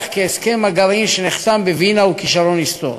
כי הסכם הגרעין שנחתם בווינה הוא כישלון היסטורי.